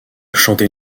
chantez